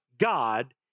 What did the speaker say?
God